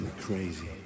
crazy